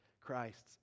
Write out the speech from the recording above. Christ's